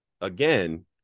again